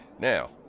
Now